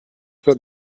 that